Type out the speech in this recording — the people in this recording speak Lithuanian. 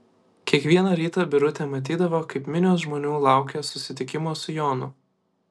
kiekvieną rytą birutė matydavo kaip minios žmonių laukia susitikimo su jonu